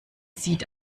sieht